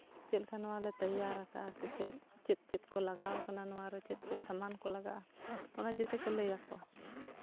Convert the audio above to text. ᱪᱮᱫ ᱞᱮᱠᱟ ᱱᱚᱣᱟᱞᱮ ᱛᱮᱭᱟᱨᱟ ᱥᱮ ᱪᱮᱫ ᱪᱮᱫ ᱠᱚ ᱞᱟᱜᱟᱣ ᱠᱟᱱᱟ ᱱᱚᱣᱟᱨᱮ ᱪᱮᱫ ᱪᱮᱫ ᱥᱟᱢᱟᱱ ᱠᱚ ᱞᱟᱜᱟᱜᱼᱟ ᱚᱱᱟ ᱡᱮᱛᱮ ᱠᱚ ᱞᱟᱹᱭ ᱟᱠᱚᱣᱟ